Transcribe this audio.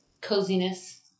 coziness